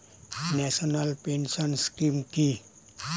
National pension scheme কি?